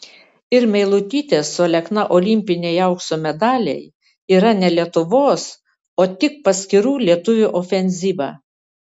ir meilutytės su alekna olimpiniai aukso medaliai yra ne lietuvos o tik paskirų lietuvių ofenzyva